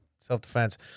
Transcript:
Self-defense